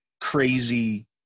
crazy